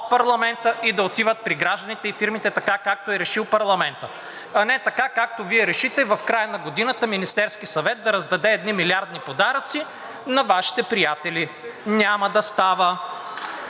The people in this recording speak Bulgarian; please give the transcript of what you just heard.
парламента и да отиват при гражданите и фирмите, така както е решил парламентът, а не така, както Вие решите, в края на годината Министерският съвет да раздаде едни милиардни подаръци на Вашите приятели. Няма да става.